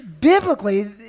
biblically